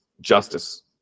justice